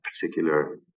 particular